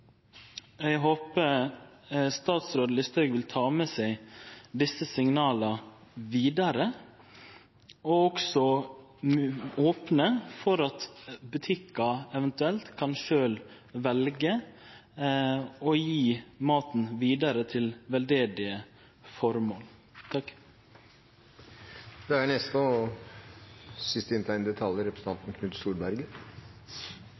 Eg håper at statsråd Listhaug vil ta med seg desse signala vidare og også opne for at butikkane eventuelt sjølve kan velje å gje maten vidare til velgjerande føremål. Jeg er enig i det